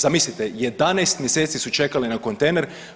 Zamislite, 11 mjeseci u čekale na kontejner.